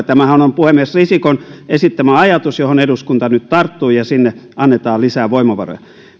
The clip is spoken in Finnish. tämähän on on puhemies risikon esittämä ajatus johon eduskunta nyt tarttui ja sinne annetaan lisää voimavaroja